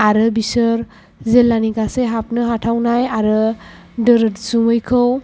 आरो बिसोर जिल्लानि गासै हाबनो हाथावनाय आरो दोरोथसुङैखौ